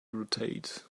rotate